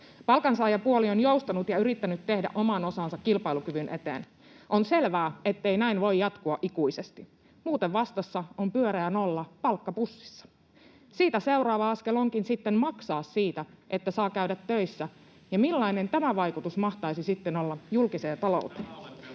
Palkansaajapuoli on joustanut ja yrittänyt tehdä oman osansa kilpailukyvyn eteen. On selvää, ettei näin voi jatkua ikuisesti. Muuten vastassa on pyöreä nolla palkkapussissa. Siitä seuraava askel onkin sitten maksaa siitä, että saa käydä töissä, ja millainen tämän vaikutus mahtaisi sitten olla julkiseen talouteen?